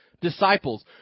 disciples